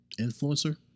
Influencer